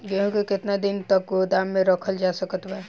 गेहूँ के केतना दिन तक गोदाम मे रखल जा सकत बा?